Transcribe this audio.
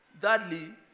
Thirdly